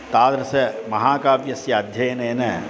तादृशः महाकाव्यस्य अध्ययनेन